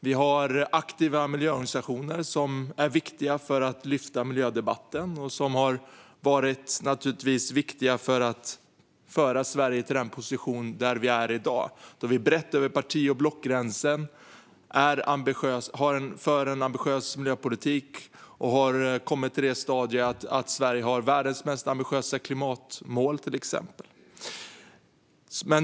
Vi har aktiva miljöorganisationer som är viktiga för att lyfta fram miljödebatten och som naturligtvis har varit viktiga för att föra Sverige till den position vi i dag är i, där vi brett över parti och blockgränser för en ambitiös miljöpolitik och har kommit till det stadium att Sverige har världens mest ambitiösa klimatmål.